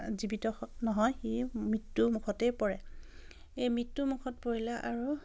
জীৱিত নহয় সি মৃত্যুমুুখতেই পৰে এই মৃত্যুমুখত পৰিলে আৰু